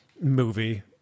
movie